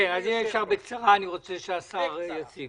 אם אפשר בקצרה כי אני רוצה שהשר יציג